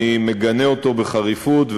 מגנה אותו בחריפות,